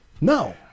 No